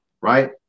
Right